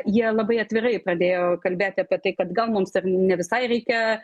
jie labai atvirai pradėjo kalbėt apie tai kad gal mums ir ne visai reikia